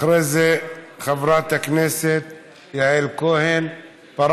אחרי זה, חברת הכנסת יעל כהן-פארן.